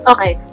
Okay